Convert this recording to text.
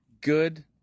good